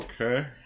Okay